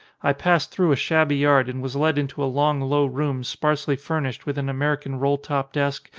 i passed through a shabby yard and was led into a long low room sparsely furnished with an american roll-top desk,